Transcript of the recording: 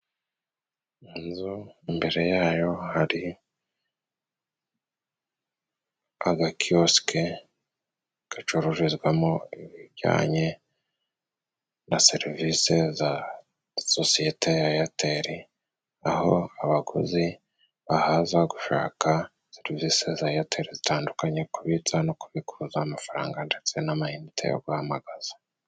Inzu mbere yayo hari agakiwosike gacururizwamo ibijyanye na serivisi za sosiyete ya Eyateli, aho abakozi bahaza gushaka serivisi za Eyateli zitandukanye, kubitsa no kubikuza amafaranga, ndetse n'amayinite yo guhamagaza.